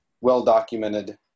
well-documented